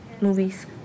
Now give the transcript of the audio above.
movies